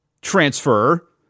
transfer